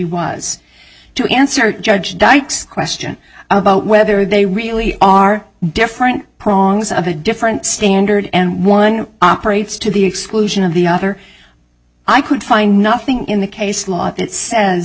was to answer judge dyke's question about whether they really are different as of a different standard and one operates to the exclusion of the other i could find nothing in the case law that says